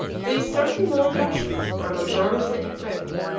these thirty learned russians were luxuriously equipped.